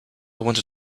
wanted